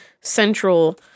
central